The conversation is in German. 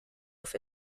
auf